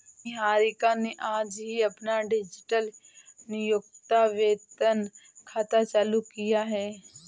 निहारिका ने आज ही अपना डिजिटल नियोक्ता वेतन खाता चालू किया है